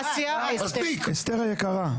אסתר היקרה,